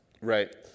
Right